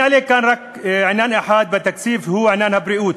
אני אעלה כאן רק עניין אחד בתקציב, עניין הבריאות.